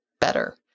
better